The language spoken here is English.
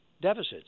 deficits